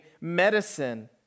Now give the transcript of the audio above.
medicine